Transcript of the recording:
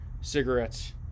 cigarettes